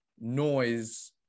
noise